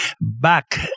back